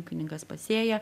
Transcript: ūkininkas pasėja